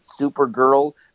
supergirl